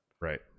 Right